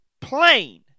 plain